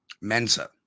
Mensa